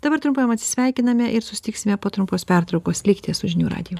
dabar trumpam atsisveikiname ir susitiksime po trumpos pertraukos likite su žinių radiju